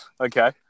Okay